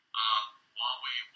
Huawei